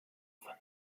van